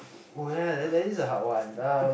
oh ya ya there there is a hard one um